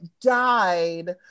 died